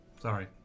sorry